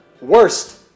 Worst